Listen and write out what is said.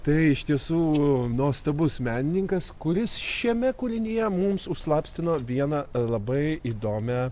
tai iš tiesų nuostabus menininkas kuris šiame kūrinyje mums užslapstino vieną labai įdomią